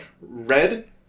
red